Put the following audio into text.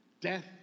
death